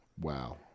Wow